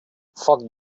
foc